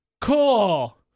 cool